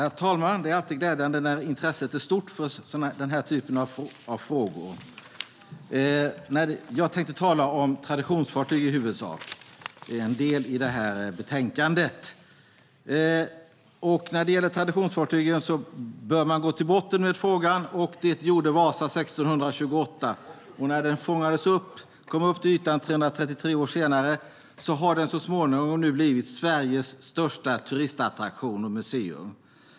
Herr talman! Det är alltid glädjande när intresset är stort för den här typen av frågor. Jag tänkte i huvudsak tala om traditionsfartyg. Det är en del i betänkandet. När det gäller traditionsfartygen bör man gå till botten med frågan, och det gjorde Vasa 1628. Det kom upp till ytan 333 år senare och har så småningom blivit Sveriges största turistattraktion och museum.